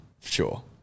sure